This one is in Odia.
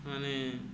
ମାନେ